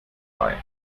bei